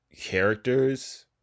characters